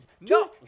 No